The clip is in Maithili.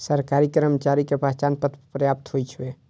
सरकारी कर्मचारी के पहचान पत्र पर्याप्त होइ छै